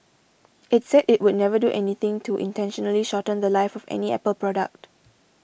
it said it would never do anything to intentionally shorten the Life of any Apple product